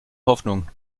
hoffnung